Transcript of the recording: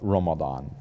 Ramadan